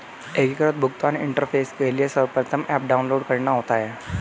एकीकृत भुगतान इंटरफेस के लिए सर्वप्रथम ऐप डाउनलोड करना होता है